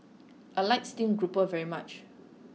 I like steamed grouper very much